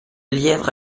lièvre